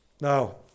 Now